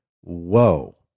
whoa